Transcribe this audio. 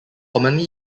commonly